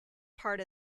part